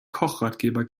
kochratgeber